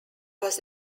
was